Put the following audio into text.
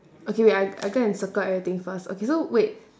okay wait I I go and circle everything first okay so wait